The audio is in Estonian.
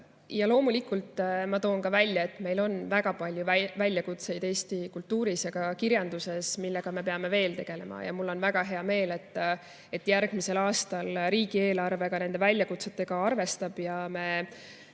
Loomulikult ma toon ka välja, et meil on väga palju väljakutseid eesti kultuuris ja ka kirjanduses, millega me peame veel tegelema. Ja mul on väga hea meel, et järgmisel aastal riigieelarve ka nende väljakutsetega arvestab ja me